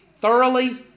thoroughly